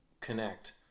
connect